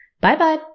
Bye-bye